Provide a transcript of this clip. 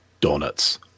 donuts